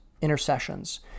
intercessions